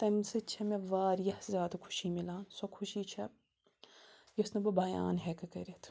تمہِ سۭتۍ چھےٚ مےٚ واریاہ زیادٕ خوشی مِلان سۄ خوشی چھےٚ یۄس نہٕ بہٕ بیان ہٮ۪کہٕ کٔرِتھ